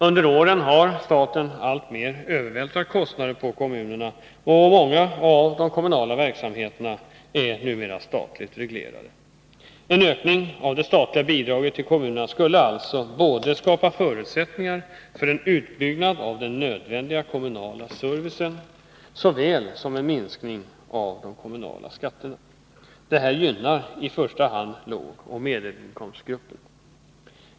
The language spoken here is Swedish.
Under åren har staten alltmer övervältrat kostnader på kommunerna, och många av de kommunala verksamheterna är numera statligt reglerade. En ökning av det statliga bidraget till kommunerna skulle alltså både skapa förutsättningar för en utbyggnad av den nödvändiga kommunala servicen och åstadkomma en minskning av de kommunala skatterna. Detta gynnar i första hand lågoch medelinkomstgrupperna.